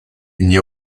n’y